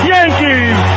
Yankees